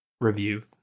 review